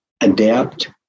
adapt